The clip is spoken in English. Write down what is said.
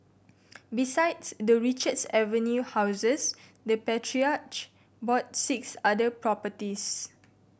besides the Richards Avenue houses the patriarch bought six other properties